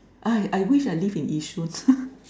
I I wish I live in Yishun